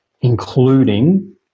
including